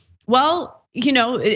well, you know,